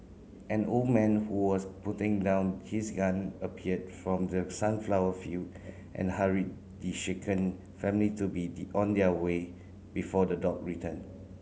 an old man who was putting down his gun appeared from the sunflower field and hurried the shaken family to be the on their way before the dog return